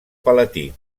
palatí